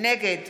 נגד